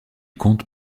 compte